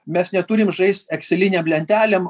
mes neturim žais ekselinėm lentelėm